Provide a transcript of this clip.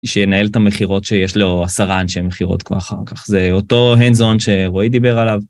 שינהל את המחירות שיש לו, הסרן, שהן מחירות ככה אחר כך. זה אותו הנדזון שרועי דיבר עליו.